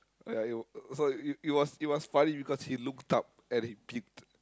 yeah it w~ so it was it was funny because he looked up and he puked